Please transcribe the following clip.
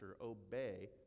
obey